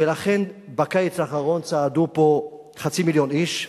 ולכן בקיץ האחרון צעדו פה חצי מיליון איש,